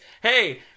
Hey